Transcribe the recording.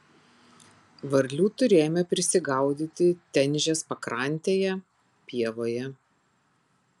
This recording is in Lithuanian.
varlių turėjome prisigaudyti tenžės pakrantėje pievoje